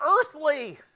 earthly